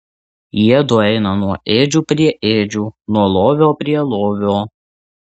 jiedu eina nuo ėdžių prie ėdžių nuo lovio prie lovio